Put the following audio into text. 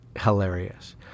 hilarious